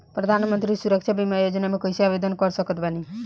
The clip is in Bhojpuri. प्रधानमंत्री सुरक्षा बीमा योजना मे कैसे आवेदन कर सकत बानी?